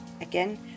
Again